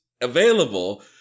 available